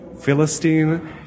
Philistine